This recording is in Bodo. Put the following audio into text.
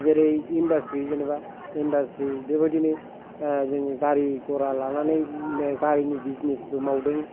जेरै इनदासट्रि जेनबा इनदासट्रि बेबादिनो जों गारि गरा लानानै गारिनि बिजिनेसबो मावदों